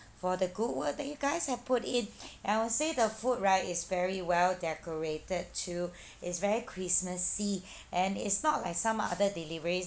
for the good work that you guys have put in and I would say the food right is very well decorated too it's very christmassy and it's not like some other deliveries